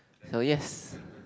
no yes